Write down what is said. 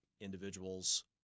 individuals